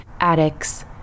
addicts